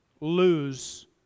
lose